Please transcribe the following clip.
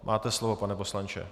Máte slovo, pane poslanče.